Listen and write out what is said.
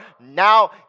now